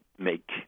make